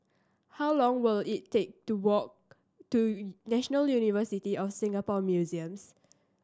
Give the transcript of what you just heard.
how long will it take to walk to National University of Singapore Museums